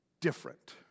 different